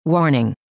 Warning